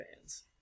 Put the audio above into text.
fans